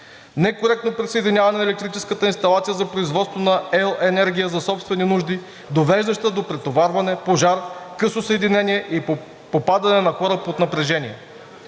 некоректно присъединяване на електрическата инсталация за производство на ел.енергия за собствени нужди, довеждаща до претоварване, пожар, късо съединение и попадане на хора под напрежение;